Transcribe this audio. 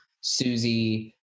Susie